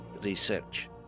research